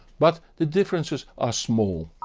but the differences are small.